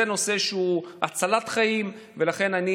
זה נושא שהוא הצלת חיים, ולכן אני